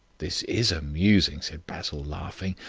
this is amusing, said basil, laughing.